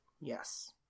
Yes